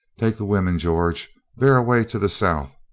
take the women, george. bear away to the south.